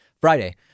Friday